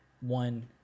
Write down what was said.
one